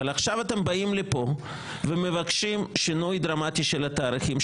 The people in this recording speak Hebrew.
אבל עכשיו אתם באים לפה ומבקשים שינוי דרמטי של התאריכים,